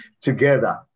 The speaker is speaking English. together